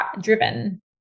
driven